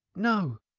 no,